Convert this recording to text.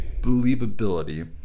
believability